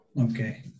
Okay